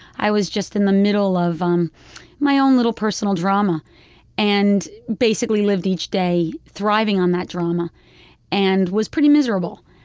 i was just in the middle of um my own little personal drama and basically lived each day thriving on that drama and was pretty miserable.